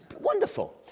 wonderful